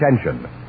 attention